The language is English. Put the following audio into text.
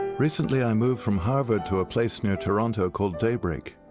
recently, i moved from harvard to a place near toronto called daybreak.